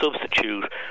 substitute